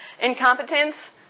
Incompetence